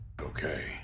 Okay